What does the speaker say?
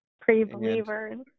Pre-believers